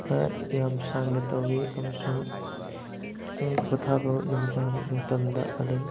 ꯑꯥ ꯌꯥꯝ ꯁꯥꯡꯅ ꯇꯧꯋꯤ ꯑꯃꯁꯨꯡ ꯄꯣꯊꯥꯕ ꯅꯨꯃꯤꯗꯥꯡ ꯃꯇꯝꯗ ꯑꯗꯨꯝ